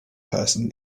person